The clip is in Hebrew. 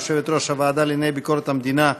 יושבת-ראש הוועדה לענייני ביקורת המדינה,